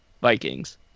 vikings